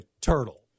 turtle